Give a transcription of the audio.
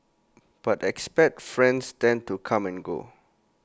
but expat friends tend to come and go